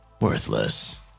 worthless